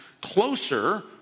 closer